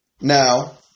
Now